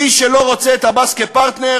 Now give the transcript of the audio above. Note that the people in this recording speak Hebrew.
מי שלא רוצה את עבאס כפרטנר,